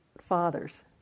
fathers